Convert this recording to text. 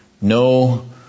No